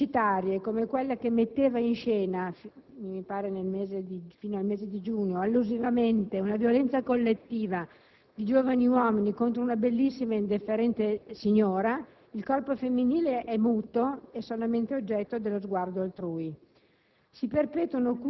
Nelle immagini pubblicitarie (come quelle che mettevano in scena, mi sembra fino al mese di giugno, allusivamente una violenza collettiva di giovani uomini contro una bellissima e indifferente signora), il corpo femminile è muto ed è solamente oggetto dello sguardo altrui.